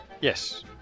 yes